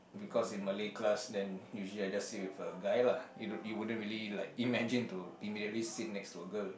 cause in Malay class then usually I sit with a guy lah it wouldn't it wouldn't be really be like imagine to sit next to a girl